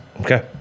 Okay